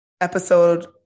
episode